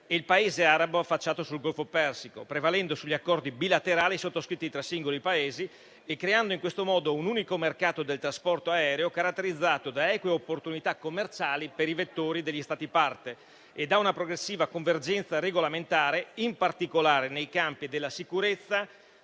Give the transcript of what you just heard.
il Paese arabo affacciato sul Golfo Persico, prevalendo sugli accordi bilaterali sottoscritti tra singoli Paesi e creando in questo modo un unico mercato del trasporto aereo, caratterizzato da eque opportunità commerciali per i vettori degli Stati parte e da una progressiva convergenza regolamentare, in particolare nei campi della sicurezza,